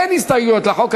אין הסתייגויות לחוק.